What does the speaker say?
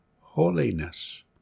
holiness